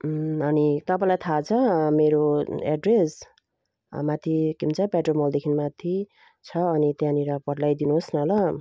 अनि तपाईँलाई थाह छ मेरो एड्रेस माथि के भन्छ पेट्रोल मलदेखि माथि छ अनि त्यहाँनिर पर ल्याइदिनुहोस् न ल